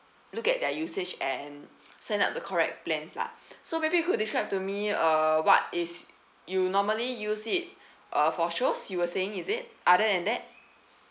look at their usage and sign up the correct plans lah so maybe you could describe to me uh what is you normally use it uh for shows you were saying is it other than that